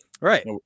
Right